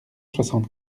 soixante